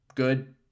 Good